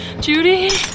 Judy